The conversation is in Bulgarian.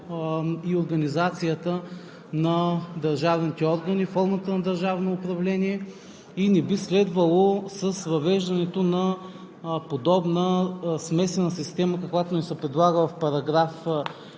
и организацията на държавните органи, формата на държавно управление и не би следвало с въвеждането на подобна смесена система, каквато ни се предлага в §